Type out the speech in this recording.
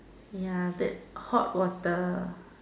ya that hot water